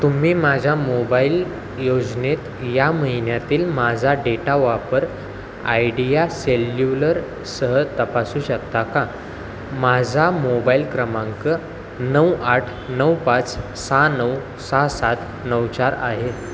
तुम्ही माझ्या मोबाईल योजनेत या महिन्यातील माझा डेटा वापर आयडिया सेल्युलरसह तपासू शकता का माझा मोबाईल क्रमांक नऊ आठ नऊ पाच सहा नऊ सहा सात नऊ चार आहे